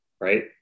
right